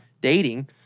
Dating